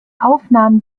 aufnahmen